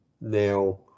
Now